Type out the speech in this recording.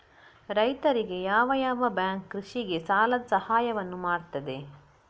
ರೈತರಿಗೆ ಯಾವ ಯಾವ ಬ್ಯಾಂಕ್ ಕೃಷಿಗೆ ಸಾಲದ ಸಹಾಯವನ್ನು ಮಾಡ್ತದೆ?